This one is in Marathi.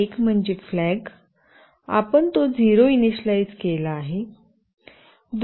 एक म्हणजे फ्लॅग आपण तो 0 इनिशिअलइज केला आहे